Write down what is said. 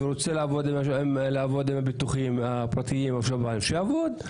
רוצה לעבוד עם הביטוחים הפרטיים או שב"ן שיעבוד.